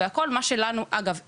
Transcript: מה שלנו אגב אין.